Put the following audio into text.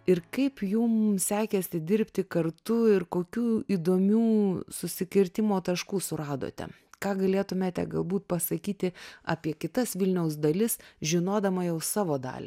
ir kaip jum sekėsi dirbti kartu ir kokių įdomių susikirtimo taškų suradote ką galėtumėte galbūt pasakyti apie kitas vilniaus dalis žinodama jau savo dalį